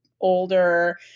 older